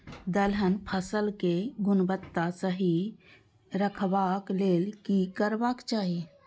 दलहन फसल केय गुणवत्ता सही रखवाक लेल की करबाक चाहि?